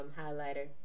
highlighter